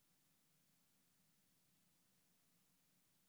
אעלה, הרי